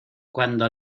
cuando